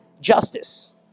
justice